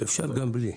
אפשר גם בלי.